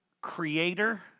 creator